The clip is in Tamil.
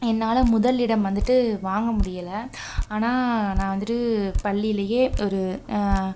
என்னால் முதலிடம் வந்துட்டு வாங்க முடியலை ஆனால் நான் வந்துட்டு பள்ளியிலயே ஒரு